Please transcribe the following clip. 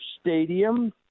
Stadium